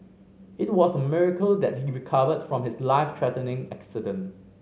it was a miracle that he recovered from his life threatening accident